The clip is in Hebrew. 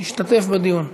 משתתף בדיון.